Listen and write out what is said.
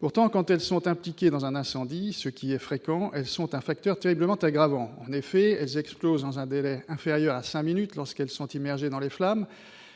Pourtant, quand ces bouteilles sont impliquées dans un incendie, ce qui est fréquent, elles sont un facteur terriblement aggravant. En effet, elles explosent dans un délai inférieur à cinq minutes lorsqu'elles sont immergées dans les flammes.